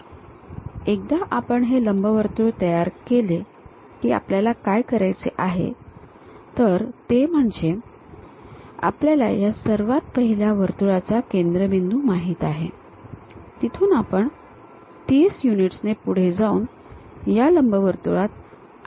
तर एकदा आपण हे लंबवर्तुळ तयार केले की आपल्याला काय करायचे आहे तर ते म्हणजे आपल्याला ह्या सर्वात पहिल्या वर्तुळाचा केंद्रबिंदू माहित आहे तिथून आपण 30 युनिट्सने पुढे जाऊन या लंबवर्तुळात आणखी एक वर्तुळ तयार करू